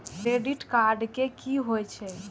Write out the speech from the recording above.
Credit card की होय छै?